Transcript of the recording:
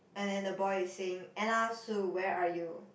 and then the boy is saying n_r su where are you